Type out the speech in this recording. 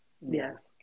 Yes